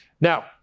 Now